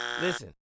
Listen